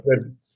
good